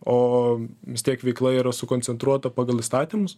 o vis tiek veikla yra sukoncentruota pagal įstatymus